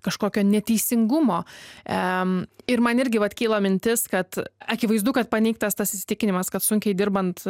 kažkokio neteisingumo em ir man irgi vat kyla mintis kad akivaizdu kad paneigtas tas įsitikinimas kad sunkiai dirbant